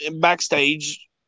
backstage